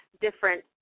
different